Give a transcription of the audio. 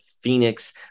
Phoenix